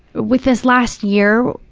with this last year,